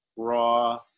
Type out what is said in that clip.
raw